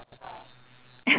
ya it's either that